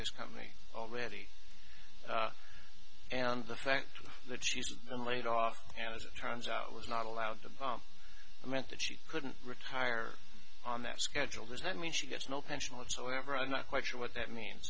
his company already and the fact that she's been laid off and as it turns out was not allowed to buy a method she couldn't retire on that schedule does that mean she gets no pension whatsoever i'm not quite sure what that means